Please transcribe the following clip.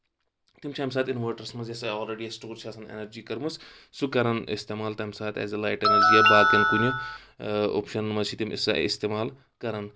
تِم چھِ اَمہِ ساتہٕ اِنوٲٹرس منٛز یۄس سا اولریڈی اَسہِ سٹور چھِ آسان اؠنرجی کٔرمٕژ سُہ کران استعمال تَمہِ ساتہٕ ایز اے لایٹٔنز یا باقین کُنہِ اوپشَن منٛز چھِ تِم سۄ استعمال کران